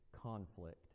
conflict